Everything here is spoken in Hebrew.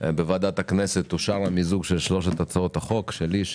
אושר בוועדת הכנסת המיזוג של שלוש הצעות החוק שלי,